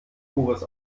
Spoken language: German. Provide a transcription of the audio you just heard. pures